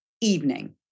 evening